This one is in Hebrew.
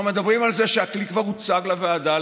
אנחנו מדברים על זה שהכלי כבר הוצג לוועדה,